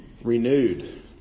renewed